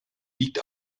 liegt